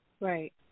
Right